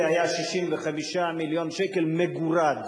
זה היה 65 מיליון שקל מגורד,